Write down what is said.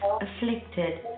afflicted